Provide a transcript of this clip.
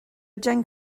déan